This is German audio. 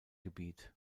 gebiet